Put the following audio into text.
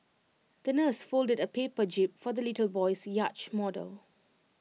the nurse folded A paper jib for the little boy's yacht model